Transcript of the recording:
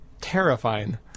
terrifying